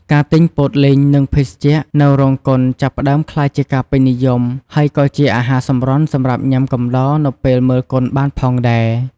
ការទិញ ពោតលីង និងភេសជ្ជៈ នៅរោងកុនចាប់ផ្ដើមក្លាយជាការពេញនិយមហើយក៏ជាអាហារសម្រន់សម្រាប់ញាំកំដរនៅពេលមើលកុនបានផងដែរ។